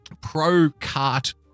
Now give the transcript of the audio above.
pro-cart